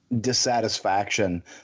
dissatisfaction